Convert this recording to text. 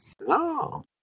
No